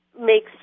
makes